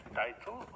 title